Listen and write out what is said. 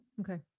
Okay